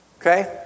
Okay